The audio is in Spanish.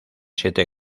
siete